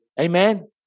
Amen